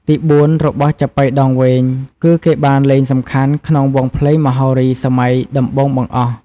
ទី៤ របស់ចាប៉ីដងវែង គឺគេបានលេងសំខាន់ក្នុងវង់ភ្លេងមហោរីសម័យដំបូងបង្អស់។